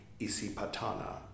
Isipatana